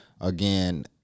Again